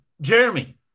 Jeremy